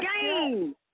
game